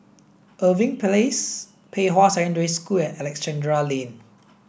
Irving Place Pei Hwa Secondary School and Alexandra Lane